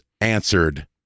answered